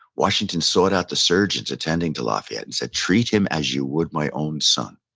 washington sought out the surgeons attending to lafayette and said, treat him as you would my own son.